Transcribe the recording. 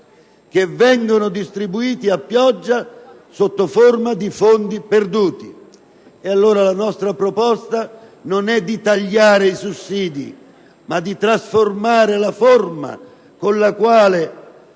che vengono distribuiti a pioggia sotto forma di fondi perduti. Allora, la nostra proposta non è tagliare i sussidi, ma trasformare la forma con la quale